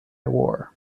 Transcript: war